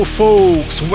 folks